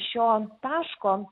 šio taško